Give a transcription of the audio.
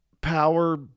power